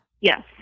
Yes